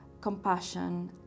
compassion